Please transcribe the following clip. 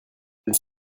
elles